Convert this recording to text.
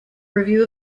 review